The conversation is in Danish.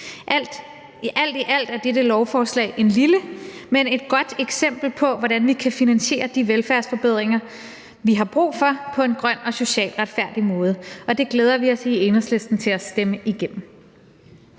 Alt i alt er dette lovforslag et lille, men et godt eksempel på, hvordan vi kan finansiere de velfærdsforbedringer, vi har brug for, på en grøn og socialt retfærdig måde, og det glæder vi os i Enhedslisten til at stemme igennem.